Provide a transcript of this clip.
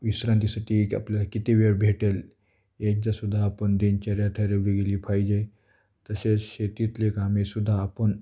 विश्रांतीसाठी एक आपल्याला किती वेळ भेटेल एकदासुद्धा आपण दिनचर्या ठरवली गेली पाहिजे तसेच शेतीतले कामेसुद्धा आपण